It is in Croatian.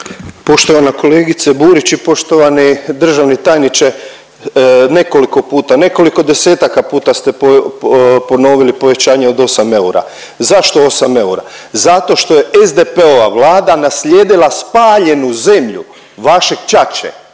Poštovana kolegice Burić i poštovani državni tajniče, nekoliko puta, nekoliko desetaka puta ste ponovili povećanje od 8 eura, zašto 8 eura? Zato što je SDP-ova Vlada naslijedila spaljenu zemlju vašeg ćaće